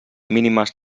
mínimes